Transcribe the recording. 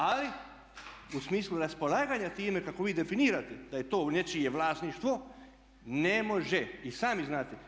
Ali u smislu raspolaganja time kako vi definirate da je to nečije vlasništvo ne može, i sami znate.